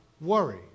worry